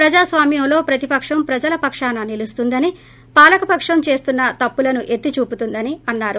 ప్రజాస్వామ్యంలో ప్రతిపక్షం ప్రజల పకాన నిలుస్తుందని పాలకపక్షం చేస్తున్న తప్పులను ఎత్తి చూపుతుందని అన్నారు